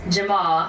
Jamal